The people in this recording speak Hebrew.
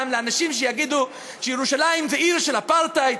לאנשים שיגידו שירושלים היא עיר של אפרטהייד,